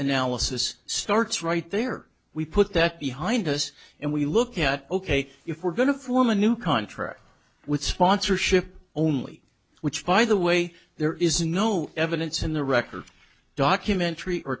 analysis starts right there we put that behind us and we look at ok if we're going to form a new contract with sponsorship only which by the way there is no evidence in the record documentary or